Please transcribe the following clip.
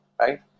right